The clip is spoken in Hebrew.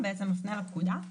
הפקודה.